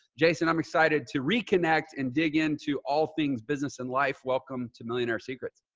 jason, i'm excited to reconnect and dig into all things business and life. welcome to millionaire secrets.